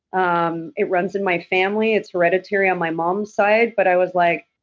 um it runs in my family, it's hereditary on my mom's side. but i was like,